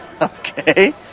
Okay